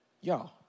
Y'all